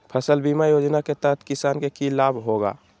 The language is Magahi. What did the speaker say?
फसल बीमा योजना के तहत किसान के की लाभ होगा?